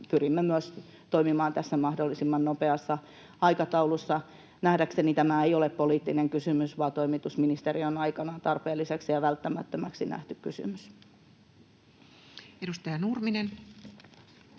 pyrimme myös toimimaan tässä mahdollisimman nopeassa aikataulussa. Nähdäkseni tämä ei ole poliittinen kysymys vaan toimitusministeristön aikana tarpeelliseksi ja välttämättömäksi nähty kysymys. [Speech